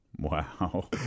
Wow